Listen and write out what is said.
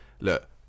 look